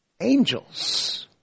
Angels